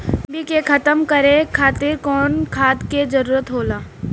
डिभी के खत्म करे खातीर कउन खाद के जरूरत होला?